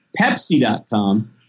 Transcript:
pepsi.com